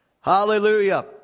Hallelujah